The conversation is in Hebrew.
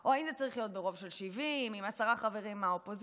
או אם זה צריך להיות ברוב של 70 עם עשרה חברים מהאופוזיציה.